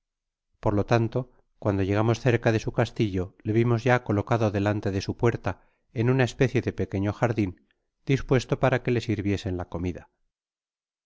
por lo tanto cuando llegamos cerca de m astillo le vimos ya colocado delante de su puerta en una especie de pequeño jaidin dispuesto para que le sh viesen la oomidab